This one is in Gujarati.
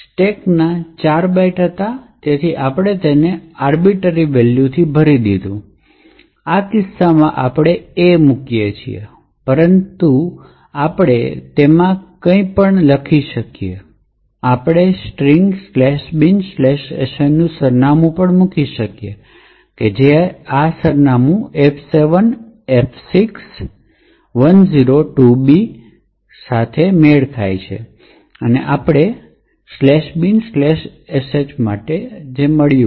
સ્ટેકના 4 બાઇટ્સ હતા તેથી આપણે તેને આર્બિટોરી વેલ્યુથી ભરીએ છીએ આ કિસ્સામાં આપણે A મૂકીએ છીએ પરંતુ આપણે ખરેખર તેમાં કંઈપણ ભરી શકીએ છીએ અને પછી આપણે સ્ટ્રિંગ"binsh" નું સરનામું મૂકીએ છીએ તેથી આ સરનામું F7F6102B જે સરનામાં સાથે મેળ ખાય છે જે આપણે ખરેખર "binsh" માટે મળ્યું છે